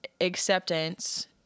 acceptance